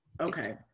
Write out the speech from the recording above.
Okay